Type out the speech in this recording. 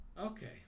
Okay